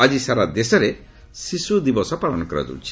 ଆଜି ସାରା ଦେଶରେ ଶିଶୁଦିବସ ପାଳନ କରାଯାଉଛି